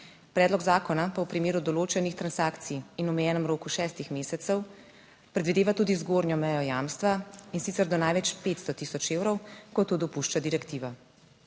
Predlog zakona pa v primeru določenih transakcij in v omejenem roku šestih mesecev predvideva tudi zgornjo mejo jamstva, in sicer do največ 500000 evrov, kot to dopušča direktiva.